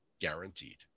guaranteed